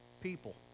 people